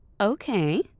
Okay